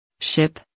Ship